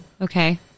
Okay